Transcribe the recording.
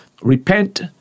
Repent